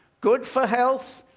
good for health,